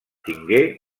tingué